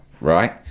right